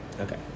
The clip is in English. okay